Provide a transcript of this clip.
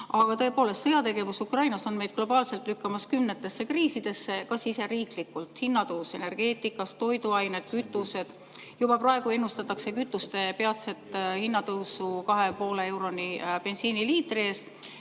Aga tõepoolest, sõjategevus Ukrainas on meid globaalselt lükkamas kümnetesse kriisidesse ka siseriiklikult: hinnatõus energeetikas, toiduained, kütused. Juba praegu ennustatakse kütuste peatset hinnatõusu 2,5 euroni bensiiniliitri eest,